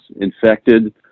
infected